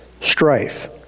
strife